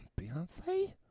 Beyonce